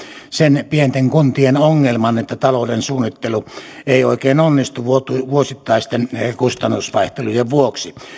sen pienten kuntien ongelman että talouden suunnittelu ei oikein onnistu vuosittaisten kustannusvaihtelujen vuoksi